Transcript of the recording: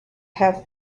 have